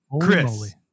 chris